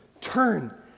Turn